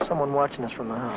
someone watching us from